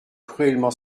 cruellement